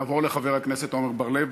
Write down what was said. נעבור לחבר הכנסת עמר בר-לב.